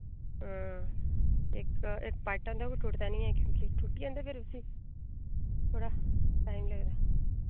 इक इक बाटा होंदा ओह् टुटदा निं ऐ क्योंकि टुट्टी जंदा फिर उस्सी थोह्ड़ा टाइम लगदा